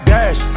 Dash